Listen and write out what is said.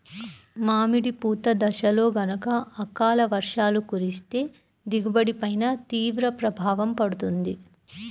మామిడి పూత దశలో గనక అకాల వర్షాలు కురిస్తే దిగుబడి పైన తీవ్ర ప్రభావం పడుతుంది